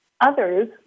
others